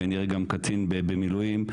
כנראה גם קצין במילואים,